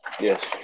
Yes